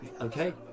Okay